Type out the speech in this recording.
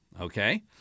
okay